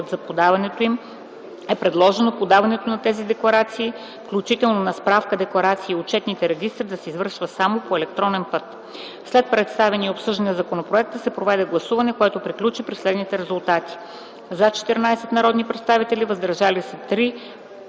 за подаването им, е предложено подаването на тази декларация, включително на справка-декларацията и отчетните регистри, да се извършва само по електронен път. След представяне и обсъждане на законопроекта се проведе гласуване, което приключи при следните резултати: „за” – 14 народни представители, „въздържали се”